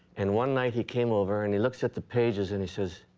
and one night he came over and he looks at the pages and he says,